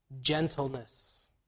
Gentleness